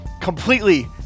completely